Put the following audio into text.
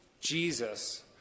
Jesus